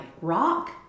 rock